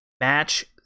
Match